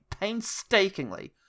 painstakingly